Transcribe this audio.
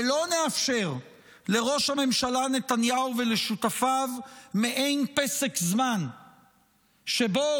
ולא נאפשר לראש הממשלה נתניהו ולשותפיו מעין פסק זמן שבו